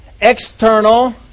External